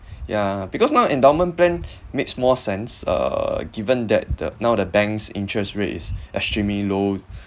yeah because now endowment plan makes more sense uh given that the now the bank's interest rate is extremely low